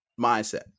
mindset